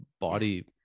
body